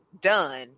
done